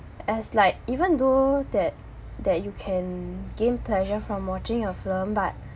as like even though that that you can gain pleasure from watching a film but